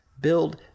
Build